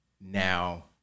Now